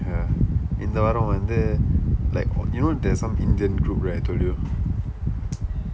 ya இந்த வாரம் வந்து:indtha vaaram vandthu like you know there's some indian group right I told you